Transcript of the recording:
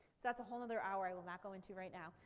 that's a whole other hour i will not go into right now.